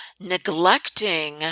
Neglecting